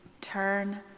Turn